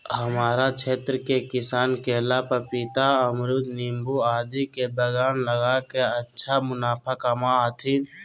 हमरा क्षेत्र के किसान केला, पपीता, अमरूद नींबू आदि के बागान लगा के अच्छा मुनाफा कमा हथीन